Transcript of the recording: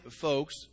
folks